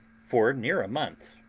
for near a month,